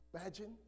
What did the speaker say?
imagine